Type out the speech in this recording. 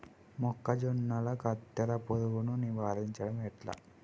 మొక్కజొన్నల కత్తెర పురుగుని నివారించడం ఎట్లా?